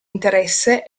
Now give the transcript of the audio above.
interesse